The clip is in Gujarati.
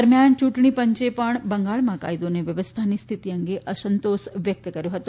દરમ્યાન ચૂંટણી પંચે પણ બંગાળમાં કાયદો અને વ્યવસ્થાની સ્થિતી અંગે અસંતોષ વ્યકત કર્યો હતો